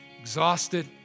exhausted